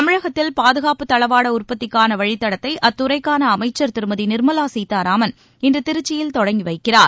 தமிழகத்தில் பாதுகாப்பு தளவாட உற்பத்திக்கான வழித்தடத்தை அத்துறைக்கான அமைச்சர் திருமதி நிர்மலா சீதாராமன் இன்று திருச்சியில் தொடங்கி வைக்கிறார்